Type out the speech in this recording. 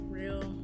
real